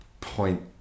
point